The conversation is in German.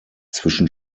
zwischen